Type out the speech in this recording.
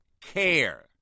care